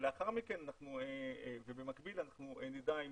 כשלאחר מכן ובמקביל אנחנו נדע,